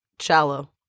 Shallow